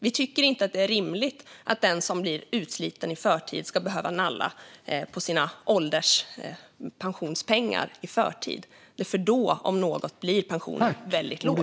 Vi tycker inte att det är rimligt att den som blir utsliten i förtid ska behöva nalla av sina ålderspensionspengar i förtid, för då blir pensionen väldigt låg.